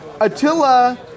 Attila